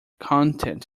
content